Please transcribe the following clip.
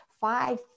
five